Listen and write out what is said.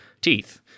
teeth